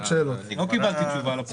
לא קיבלתי תשובה לפרוטוקול.